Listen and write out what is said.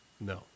No